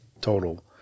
total